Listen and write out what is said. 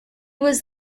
was